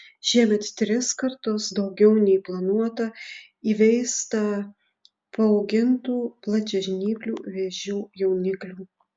šiemet tris kartus daugiau nei planuota įveista paaugintų plačiažnyplių vėžių jauniklių